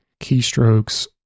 keystrokes